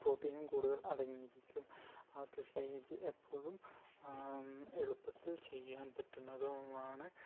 പ്രോട്ടീനും കൂടുതൽ അടങ്ങിയിരിക്കും ആ കൃഷിരീതി എപ്പോഴും എളുപ്പത്തിൽ ചെയ്യാൻ പറ്റുന്നതുമാണ്